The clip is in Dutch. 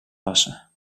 wassen